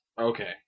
Okay